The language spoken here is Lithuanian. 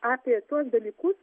apie tuos dalykus